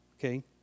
Okay